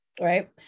Right